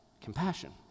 compassion